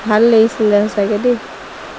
ভাল লাগিছিলে সঁচাকৈ দেই